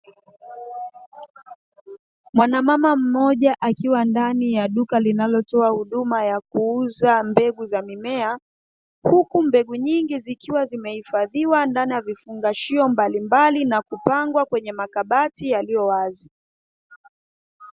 Mwanamama mmoja akiwa ndani ya duka linalotoa huduma ya kuuza mbegu za mimea, huku mbegu nyingi zikiwa zimehifadhiwa ndani ya vifungashio mbalimbali na kupangwa kwenye makabati yaliowazi.